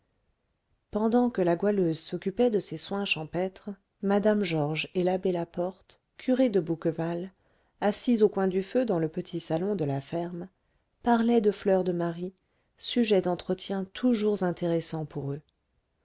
pendant que la goualeuse s'occupait de ces soins champêtres mme georges et l'abbé laporte curé de bouqueval assis au coin du feu dans le petit salon de la ferme parlaient de fleur de marie sujet d'entretien toujours intéressant pour eux